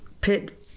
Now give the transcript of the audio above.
pit